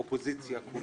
מה את מורידה ככה?